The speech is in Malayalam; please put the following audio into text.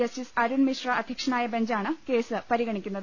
ജസ്റ്റിസ് അരുൺ മിശ്ര അധൃക്ഷനായ ബെഞ്ചാണ് കേസ് പരിഗണിക്കുന്നത്